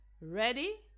Ready